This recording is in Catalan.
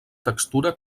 textura